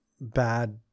bad